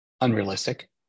unrealistic